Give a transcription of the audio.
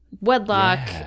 wedlock